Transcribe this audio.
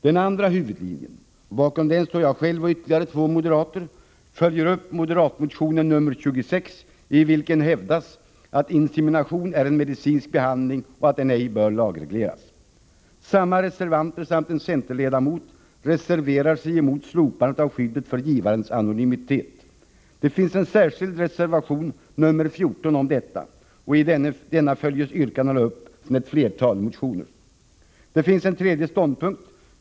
Den andra huvudlinjen — bakom den står jag själv och ytterligare två moderater — följer upp moderatmotionen nr 26 i vilken hävdas att insemination är en medicinsk behandling och att den ej bör lagregleras. Samma reservanter samt en centerledamot reserverar sig mot slopandet av skyddet för givarens anonymitet. Det finns en särskild reservation — nr 14 — om detta, och i denna följs yrkandena upp från ett flertal motioner. 3. Det finns en tredje ståndpunkt.